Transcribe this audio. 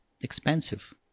expensive